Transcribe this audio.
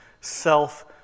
self